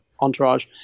Entourage